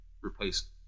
replace